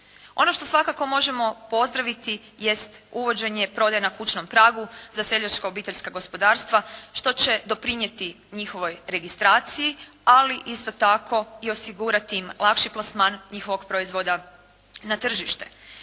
Ono što svako možemo pozdraviti jest uvođenje prodaje na kućnom pragu za seljačka obiteljska gospodarstva što će doprinijeti njihovoj registraciji. Ali isto tako i osigurati im lakši plasman njihovog proizvoda na tržište.